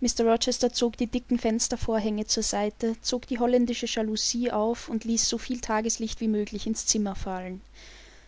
mr rochester zog die dicken fenstervorhänge zur seite zog die holländische jalusie auf und ließ soviel tageslicht wie möglich ins zimmer fallen